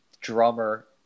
drummer